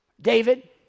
David